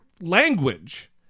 language